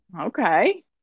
Okay